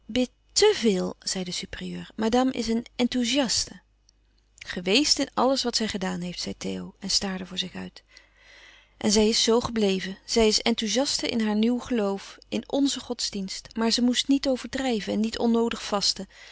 zei de supérieure madame is een enthoesiaste geweest in àlles wat zij gedaan heeft zei theo en staarde voor zich uit en zij is zoo gebleven zij is enthoesiaste in haar nieuw geloof louis couperus van oude menschen de dingen die voorbij gaan in nze godsdienst maar ze moest niet overdrijven en niet onnoodig vasten